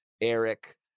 Eric